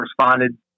responded